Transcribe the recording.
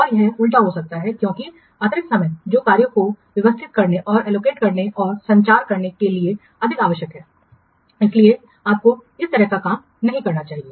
और यह उल्टा हो सकता है क्योंकि अतिरिक्त समय जो कार्यों को व्यवस्थित करने और एलोकेट करने और संचार करने के लिए अधिक आवश्यक है इसलिए आपको इस तरह का काम नहीं करना चाहिए